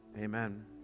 Amen